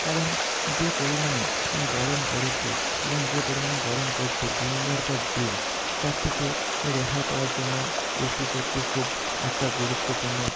কারণ যে পরিমাণে এ গরম পড়েছে এবং যে পরিমাণে গরম পড়ছে দিনের পর দিন তার থেকে রেহাই পাওয়ার জন্য এসি সত্যি খুব একটা গুরুত্বপূর্ণ